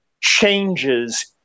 changes